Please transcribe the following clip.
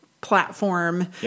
platform